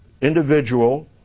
individual